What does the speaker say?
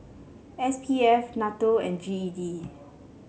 S P F NATO and G E D